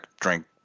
drink